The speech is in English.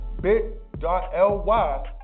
bit.ly